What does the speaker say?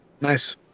nice